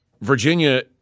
Virginia